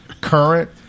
current